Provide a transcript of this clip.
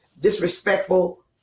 disrespectful